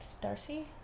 darcy